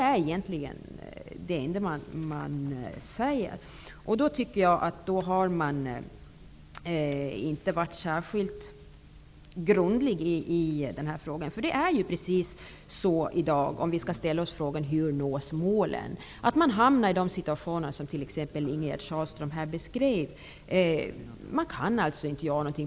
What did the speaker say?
Jag tycker att man inte har varit särskilt grundlig angående denna fråga. Frågan som skall ställas i dag är hur målen skall nås. Det finns t.ex. sådana situationer som Ingegerd Sahlström beskrev. Det går alltså inte att göra något.